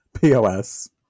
Pos